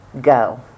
go